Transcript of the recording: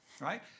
right